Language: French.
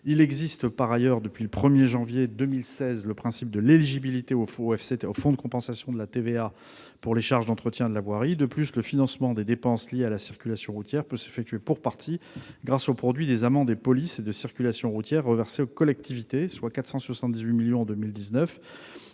Il existe par ailleurs, depuis le 1 janvier 2016, le principe de l'éligibilité au Fonds de compensation pour la TVA, le FCTVA, pour les charges d'entretien de la voirie. De plus, le financement des dépenses liées à la circulation routière peut s'effectuer, pour partie, grâce au produit des amendes de police relatives à la circulation routière reversées aux collectivités, soit 478 millions d'euros